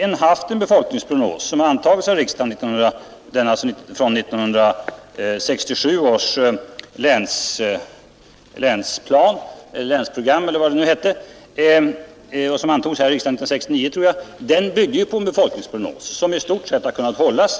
1967 års länsprogram, som behandlades i riksdagen 1969, byggde på en befolkningsprognos som i stort sett har kunnat hållas.